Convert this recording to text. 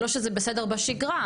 לא שזה בסדר בשגרה,